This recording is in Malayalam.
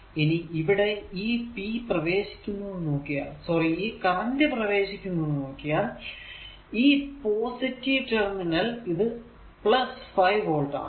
ഇനി ഇവിടെ ഈ p പ്രവേശിക്കുന്നത് നോക്കിയാൽ സോറി ഈ കറന്റ് പ്രവേശിക്കുന്നത് നോക്കിയാൽ ഈ പോസിറ്റീവ് ടെർമിനൽ ഇത് 5 വോൾട് ആണ്